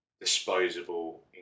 disposable